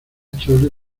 chole